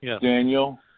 Daniel